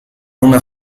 una